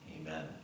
Amen